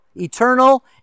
eternal